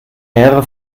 ehre